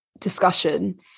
discussion